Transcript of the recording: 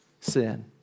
sin